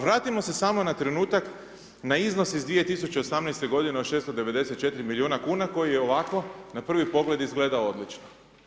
Vratimo se samo na trenutak na iznos iz 2018. godine 694 miliona kuna koji je ovako na prvi pogled izgledao odlično.